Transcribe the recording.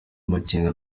makenga